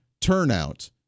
turnout